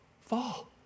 fall